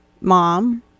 Mom